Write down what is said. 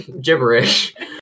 gibberish